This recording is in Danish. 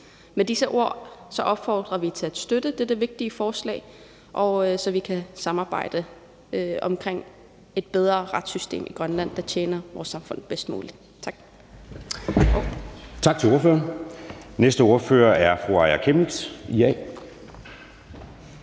Med disse ord opfordrer vi til at støtte dette vigtige forslag, så vi kan samarbejde om et bedre retssystem i Grønland, der tjener vores samfund bedst muligt.